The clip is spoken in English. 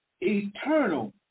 Eternal